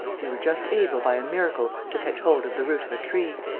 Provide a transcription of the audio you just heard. you were just able, by a miracle, to catch hold of the root of a tree.